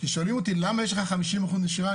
כששואלים אותי למה יש לך 50% נשירה,